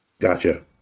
Gotcha